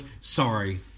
sorry